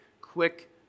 Quick